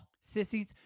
Sissies